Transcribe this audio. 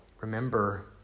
Remember